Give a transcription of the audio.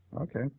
Okay